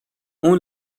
اون